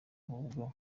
ahubwo